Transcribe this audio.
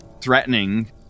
threatening